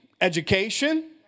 education